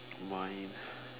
mine